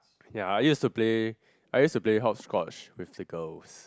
ya I used to Play I used to play hop scotch with the girls